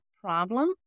problem